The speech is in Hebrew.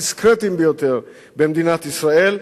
הדיסקרטיים ביותר במדינת ישראל,